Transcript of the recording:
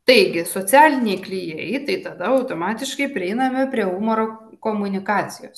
taigi socialiniai klijai tai tada automatiškai prieiname prie humoro komunikacijos